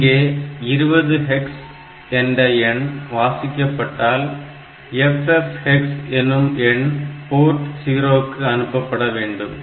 இங்கே 20hex என்ற எண் வாசிக்கப்பட்டால் FF hex எனும் எண் போர்ட் 0 க்கு அனுப்பப்பட வேண்டும்